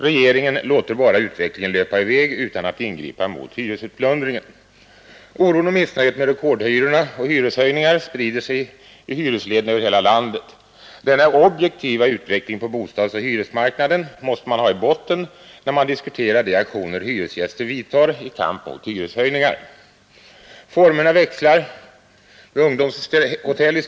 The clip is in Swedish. Regeringen låter bara utvecklingen löpa i väg utan att ingripa mot hyresutplundringen. Oron och missnöjet med rekordhyror och hyreshöjningar sprider sig i hyresleden över hela landet. Denna objektiva bild av utvecklingen på bostadsoch hyresmarknaden måste man ha i botten, när man diskuterar de aktioner hyresgäster vidtar i kamp mot hyreshöjningarna. Formerna för denna kamp växlar.